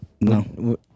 No